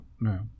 no